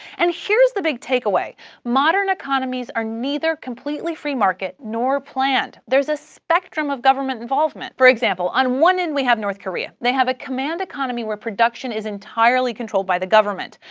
and here's the big takeaway modern economies are neither completely free market nor planned. there's a spectrum of government involvement. for example, on one end we have north korea. they have a command economy where production is entirely controlled by the government.